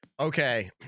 Okay